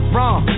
Wrong